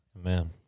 Amen